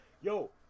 Yo